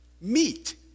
meat